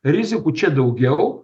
rizikų čia daugiau